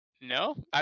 No